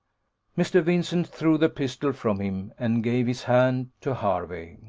mr. vincent threw the pistol from him, and gave his hand to hervey.